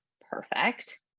Perfect